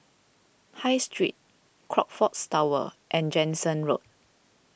High Street Crockfords Tower and Jansen Road